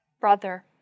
Brother